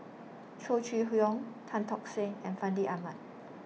Chow Chee Yong Tan Tock Seng and Fandi Ahmad